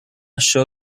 show